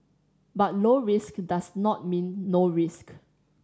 but low risk does not mean no risk